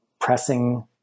pressing